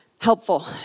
helpful